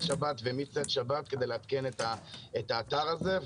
השבת ומצאת השבת כדי לעדכן את האתר הזה.